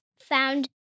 found